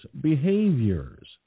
behaviors